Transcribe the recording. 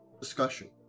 discussion